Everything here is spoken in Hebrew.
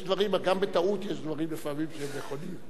אבל גם בטעות לפעמים יש דברים שהם נכונים.